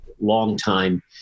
longtime